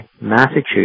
Massachusetts